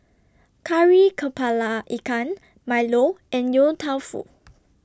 Kari Kepala Ikan Milo and Yong Tau Foo